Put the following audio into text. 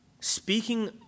Speaking